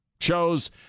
Shows